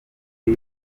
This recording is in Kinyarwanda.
ngo